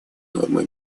нормы